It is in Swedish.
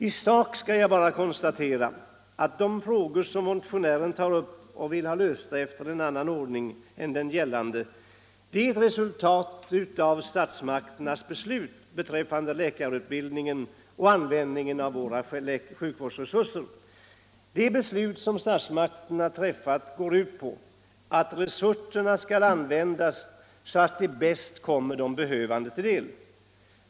I sak skall jag bara konstatera att de frågor som motionären tar upp och vill ha lösta enligt en annan ordning än den gällande är resultat av statsmakternas beslut beträffande läkarutbildningen och användningen av våra sjukvårdsresurser. Det beslut som statsmakterna fattat går ut på att resurserna skall användas så att de bäst kommer de behövande till del.